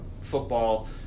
football